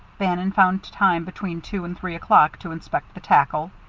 bannon found time between two and three o'clock to inspect the tackle.